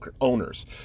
owners